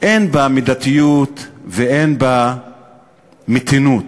אין בה מידתיות ואין בה מתינות.